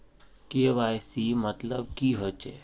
KYC मतलब की होचए?